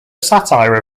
satire